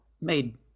made